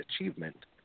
achievement